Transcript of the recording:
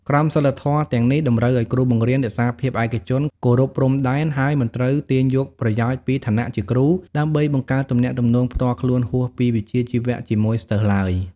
ក្រមសីលធម៌ទាំងនេះតម្រូវឱ្យគ្រូបង្រៀនរក្សាភាពឯកជន គោរពព្រំដែន ហើយមិនត្រូវទាញយកប្រយោជន៍ពីឋានៈជាគ្រូ ដើម្បីបង្កើតទំនាក់ទំនងផ្ទាល់ខ្លួនហួសពីវិជ្ជាជីវៈជាមួយសិស្សឡើយ។